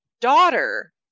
daughter